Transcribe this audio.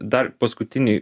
dar paskutinėj